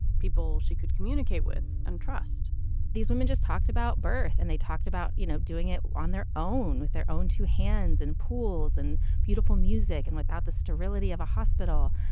people she could communicate with and trust these women just talked about birth and they talked about, you know, doing it on their own with their own two hands in pools and beautiful music and without the sterility of a hospital.